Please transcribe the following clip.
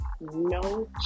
no